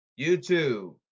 YouTube